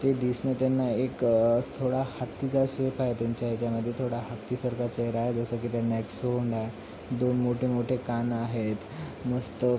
ते दिसणं त्यांना एक थोडा हत्तीचा शेप आहे त्यांच्या ह्याच्यामध्ये थोडा हत्तीसारखा चेहरा आहे जसं की त्यांना एक सोंड आहे दोन मोठेमोठे कान आहेत मस्त